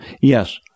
yes